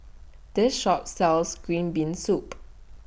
This Shop sells Green Bean Soup